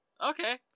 Okay